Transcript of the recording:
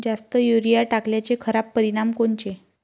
जास्त युरीया टाकल्याचे खराब परिनाम कोनचे?